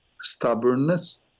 stubbornness